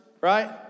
right